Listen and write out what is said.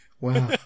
wow